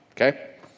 okay